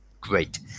great